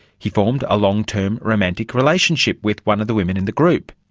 he formed a long-term romantic relationship with one of the women in the group.